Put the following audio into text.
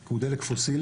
כי הוא דלק פוסילי,